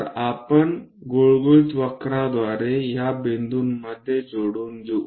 तर आपण गुळगुळीत वक्रद्वारे या बिंदूंमध्ये जोडून घेऊ